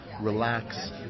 relax